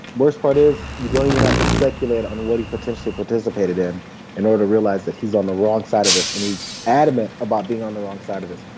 worst part is you don't even have to speculate on what he potentially participated in in order to realize that he's on the wrong side of this. and he's adamant about being on the wrong side of this.